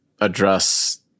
address